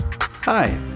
Hi